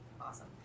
awesome